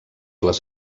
les